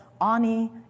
ani